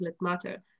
matter